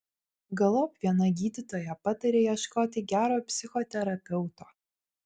galop viena gydytoja patarė ieškoti gero psichoterapeuto